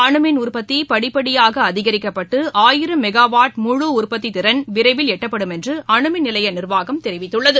அணு மின் உற்பத்தி படிப்படியாக அதிகரிக்கப்பட்டு ஆயிரம் மெகா வாட் முழு உற்பத்தி திறன் விரைவில் எட்டப்படும் என்று அணு மின் நிலைய நிர்வாகம் தெரிவித்துள்ளது